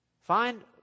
Find